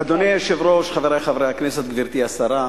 אדוני היושב-ראש, חברי חברי הכנסת, גברתי השרה,